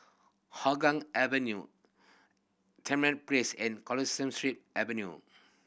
Hougang Avenue Place and Street Avenue